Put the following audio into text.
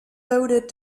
loaded